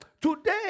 Today